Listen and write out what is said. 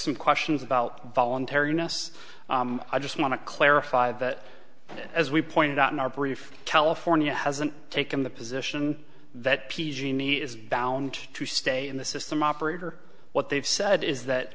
some questions about voluntary ness i just want to clarify that as we pointed out in our brief california hasn't taken the position that p genie is bound to stay in the system operator what they've said is that